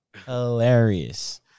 Hilarious